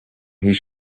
his